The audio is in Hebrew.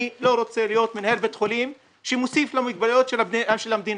אני לא רוצה להיות מנהל בית חולים שמוסיף למוגבלויות של המדינה.